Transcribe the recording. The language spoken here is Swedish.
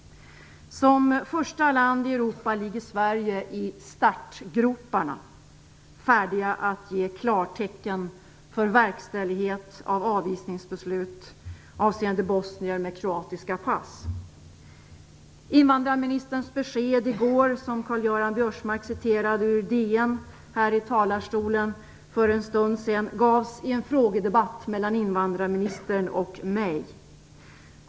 Som första land i Europa ligger Sverige i startgroparna, färdigt att ge klartecken för verkställighet av avvisningsbeslut avseende bosnier med kroatiska pass. Invandrarministerns besked i går - som Karl-Göran Biörsmark citerade ur DN här i talarstolen för en stund sedan - gavs i en frågedebatt mellan honom och mig.